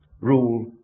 rule